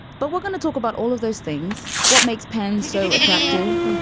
but we're gonna talk about all of those things. what makes penn so attractive?